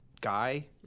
guy